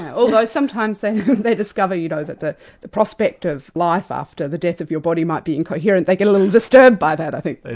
although sometimes they they discover you know that that the prospect of life after the death of your body might be incoherent, they get a little disturbed by that, i think.